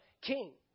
king